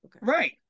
Right